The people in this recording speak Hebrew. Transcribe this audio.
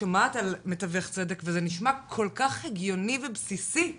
שומעת על מתווך צדק וזה נשמע כל כך הגיוני ובסיסי.